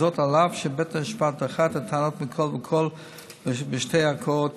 וזאת על אף שבית המשפט דחה את הטענות מכול וכול בשתי ערכאות,